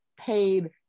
paid